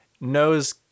knows